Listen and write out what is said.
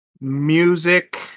music